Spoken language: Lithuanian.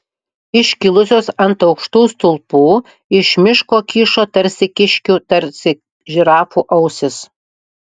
iškilusios ant aukštų stulpų iš miško kyšo tarsi kiškių tarsi žirafų ausys